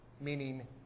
meaning